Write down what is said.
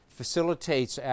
facilitates